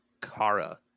Kara